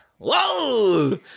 Whoa